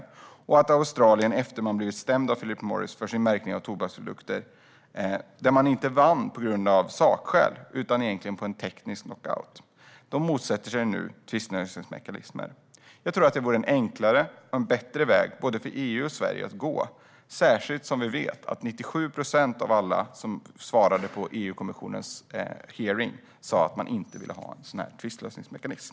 Australien motsätter sig också tvistlösningsmekanismer efter att landet blivit stämt av Philip Morris för sin märkning av tobaksprodukter och vunnit, inte på grund av sakskäl utan på teknisk knockout. Jag tror att detta vore en enklare och bättre väg att gå för både EU och Sverige, särskilt som vi vet att 97 procent av alla som svarade på EU-kommissionens hearing sa att man inte vill ha en sådan tvistlösningsmekanism.